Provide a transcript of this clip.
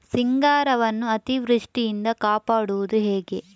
ಸಿಂಗಾರವನ್ನು ಅತೀವೃಷ್ಟಿಯಿಂದ ಕಾಪಾಡುವುದು ಹೇಗೆ?